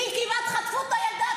לי כמעט חטפו את הילדה.